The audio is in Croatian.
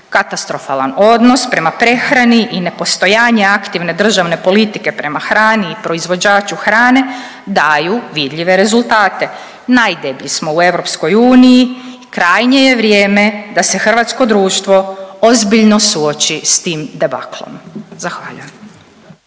Katastrofalan odnos prema prehrani i nepostojanje aktivne državne politike prema hrani i proizvođaču hrane daju vidljive rezultate, najdeblji smo u EU i krajnje je vrijeme da se hrvatsko društvo ozbiljno suoči s tim debaklom, zahvaljujem.